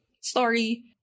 story